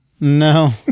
No